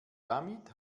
damit